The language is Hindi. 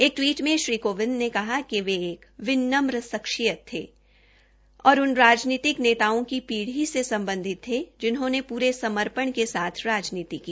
एक टवीट में श्री कोविंद ने कहा कि वे एक विनम शख्सियत थे और उन राजनीतिक नेताओं की पीढ़ी से सम्बधित थे जिन्होंने पूरे समपर्ण के साथ राजनीति की